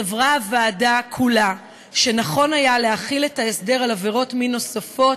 סברה הוועדה כולה שנכון היה להחיל את ההסדר על עבירות מין נוספות,